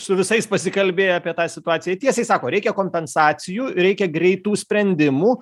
su visais pasikalbėjo apie tą situaciją jie tiesiai sako reikia kompensacijų reikia greitų sprendimų